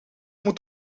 moet